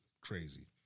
crazy